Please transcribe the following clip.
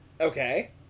Okay